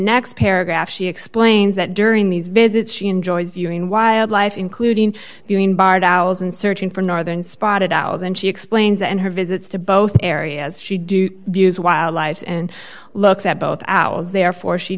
next paragraph she explains that during these visits she enjoys viewing wildlife including viewing bar dowels and searching for northern spotted owls and she explains and her visits to both areas she do views wildlife and looks at both owls therefore she